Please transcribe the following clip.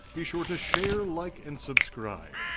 be sure to share, like, and subscribe.